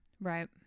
Right